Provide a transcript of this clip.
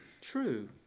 true